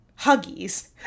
Huggies